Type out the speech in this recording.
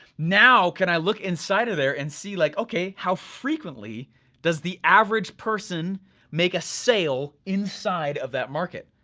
now, could i look inside of there and see, like okay, how frequently does the average person make a sale inside of that market.